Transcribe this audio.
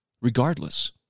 regardless